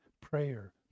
prayer